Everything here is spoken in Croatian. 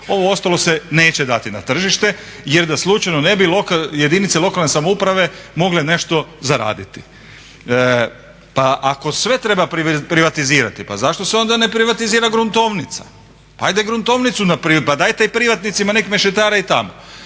ovo ostalo se neće dati na tržište jer da slučajno ne bi jedinice lokalne samouprave mogle nešto zaraditi. Pa ako sve treba privatizirati pa zašto se onda ne privatizira gruntovnica? Pa ajde gruntovnicu privatizirajte,